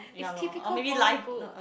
is typical boring books